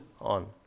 on